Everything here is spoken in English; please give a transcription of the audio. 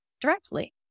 directly